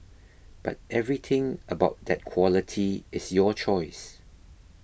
but everything about that quality is your choice